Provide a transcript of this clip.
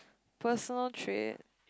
personal trait